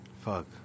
fuck